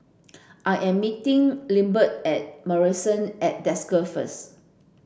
I am meeting Lindbergh at Marrison at Desker first